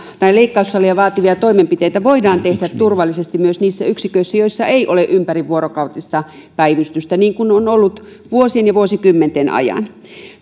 leikkaussalia vaativia toimenpiteitä voidaan tehdä turvallisesti myös niissä yksiköissä joissa ei ole ympärivuorokautista päivystystä niin kuin on ollut vuosien ja vuosikymmenten ajan